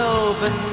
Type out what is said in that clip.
open